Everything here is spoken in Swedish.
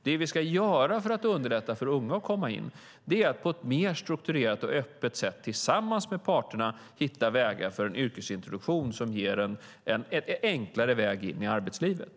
Det vi ska göra för att underlätta för unga att komma in är att på ett mer strukturerat och öppet sätt tillsammans med parterna hitta vägar för yrkesintroduktion som ger en enklare väg in i arbetslivet.